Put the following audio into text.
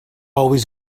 always